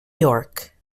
york